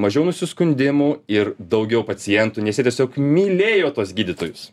mažiau nusiskundimų ir daugiau pacientų nes jie tiesiog mylėjo tuos gydytojus